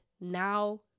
now